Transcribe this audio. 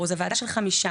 זה ועדה של חמישה.